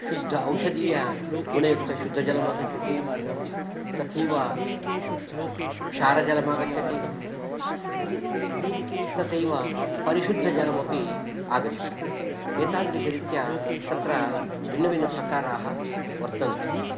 शुद्ध औषधीयगुणयुक्तशुद्धजलम् आगच्छति तथैव क्षारजलमागच्छति तथैव परिशुद्धजलमपि आगच्छति एतादृशरीत्या तत्र भिन्नभिन्नप्रकाराः वर्तन्ते